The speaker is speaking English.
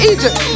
Egypt